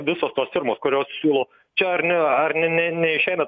visos tos firmos kurios siūlo čia ar ne ar ne ne neišeina